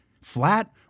flat